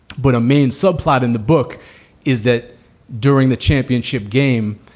but a main subplot in the book is that during the championship game,